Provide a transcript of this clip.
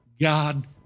God